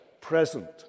present